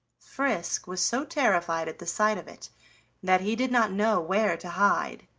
frisk was so terrified at the sight of it that he did not know where to hide.